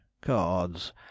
Cards